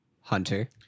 Hunter